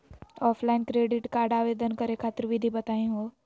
Offline credit card आवेदन करे खातिर विधि बताही हो?